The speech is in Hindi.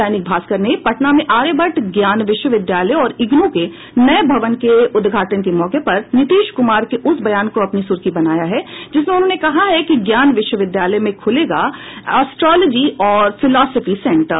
दैनिक भास्कर ने पटना में आर्यभट्ट ज्ञान विश्वविद्यालय और इग्नू के नये भवन के उद्घाटन के मौके पर नीतीश कुमार के उस बयान को अपनी सुर्खी बनाया है जिसमें उन्होंने कहा है कि ज्ञान विश्वविद्यालय में खुलेगा एस्ट्रॉनॉमी और फिलॉसफी सेंटर